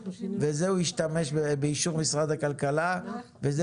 בזה הוא ישתמש באישור משרד הכלכלה וזה